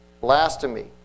blasphemy